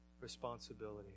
responsibility